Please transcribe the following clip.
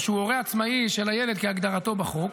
או שהוא הורה עצמאי של הילד כהגדרתו בחוק,